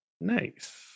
Nice